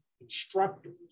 instructors